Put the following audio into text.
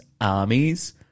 armies